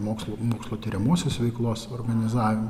mokslo mokslo tiriamosios veiklos organizavimu